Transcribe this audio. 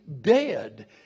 dead